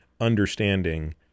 understanding